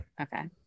okay